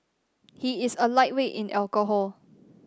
he is a lightweight in alcohol